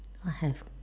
I have